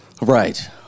Right